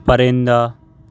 پرندہ